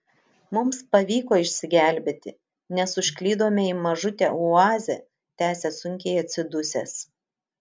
mums pavyko išsigelbėti nes užklydome į mažutę oazę tęsia sunkiai atsidusęs